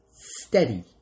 steady